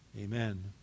Amen